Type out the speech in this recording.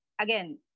again